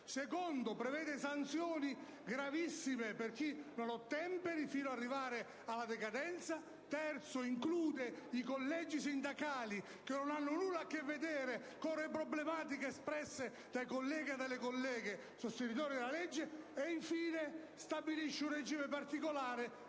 finanza; prevede poi sanzioni gravissime per chi non ottemperi alla norma, fino ad arrivare alla decadenza; include i collegi sindacali, che non hanno nulla a che vedere con le problematiche espresse dai colleghi e dalle colleghe sostenitori della legge e, infine, stabilisce un regime particolare